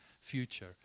future